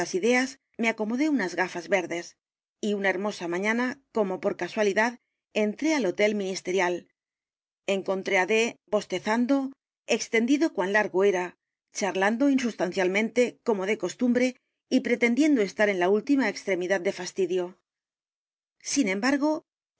me acomodé unas gafas v e r d e s y una hermosa mañana como por casualidad entré al hotel ministerial encontré á d bostezando extendido cuan largo era charlando insustancialmente como de costumbre y pretendiendo estar en la última extremidad de fastidio sin embargo